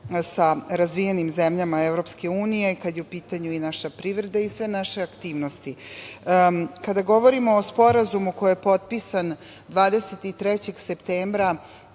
sa razvijenim zemljama Evropske unije kada je u pitanju i naša privreda i sve naše aktivnosti. Kada govorimo o Sporazumu koji je potpisan 23. septembra